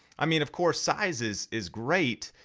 i mean, of course sizes is great,